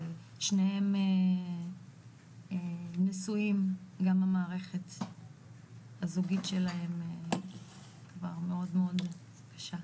שניהם נשואים גם המערכת הזוגית שלהם כבר מאוד קשה.